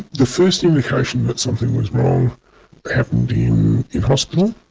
the first indication that something was wrong happened in hospital